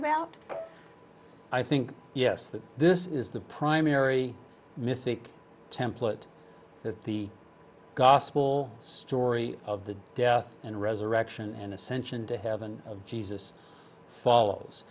about i think yes that this is the primary mythic template that the gospel story of the death and resurrection and ascension to heaven of jesus follows